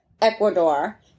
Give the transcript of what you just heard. ecuador